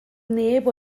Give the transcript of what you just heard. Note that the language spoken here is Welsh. neb